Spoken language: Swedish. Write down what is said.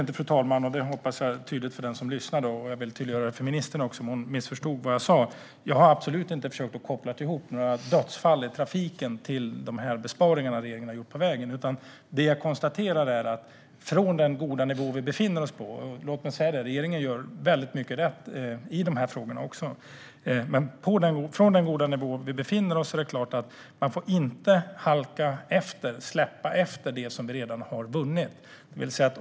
Jag vill göra det tydligt för den som lyssnar på debatten och för ministern att jag absolut inte har kopplat dödsfall i trafiken till regeringens besparingar på vägunderhåll. Det jag konstaterade var att med tanke på den goda nivå som vi befinner oss på - regeringen gör väldigt mycket som är bra i dessa frågor - är det klart att man inte får halka efter på det som vi redan har uppnått.